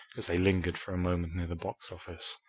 as they lingered for a moment near the box office.